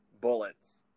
bullets